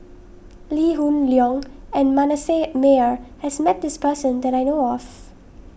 Lee Hoon Leong and Manasseh Meyer has met this person that I know of